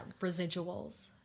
residuals